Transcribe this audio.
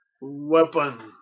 weapon